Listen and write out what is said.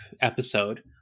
episode